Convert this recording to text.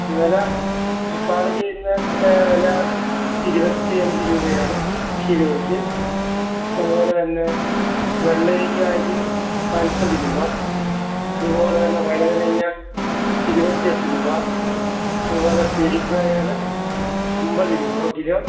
ഇന്നലെ തക്കാളിക്ക് ഇന്നത്തെ വില ഇരുപത്തി അഞ്ച് രൂപയാണ് കിലോയ്ക്ക് അത്പോലെ തന്നെ വെള്ളരിക്കയ്ക്ക് നാൽപ്പത് രൂപ അതുപോലെ തന്നെ വഴുതിനങ്ങ ഇരുപത്തി എട്ട് രൂപ അതുപോലെ പിടിപ്പയർ അമ്പത് രൂപ കിലോ